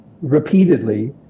repeatedly